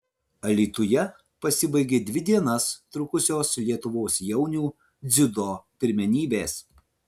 alytuje pasibaigė dvi dienas trukusios lietuvos jaunių dziudo pirmenybės